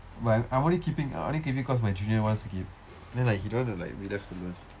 but I I'm only keeping I'm only keeping cause my junior wants to keep and then like he don't want to like be there to lose